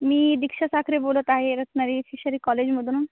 मी दीक्षा साखरे बोलत आहे रत्नागिरी फिशरी कॉलेजमधून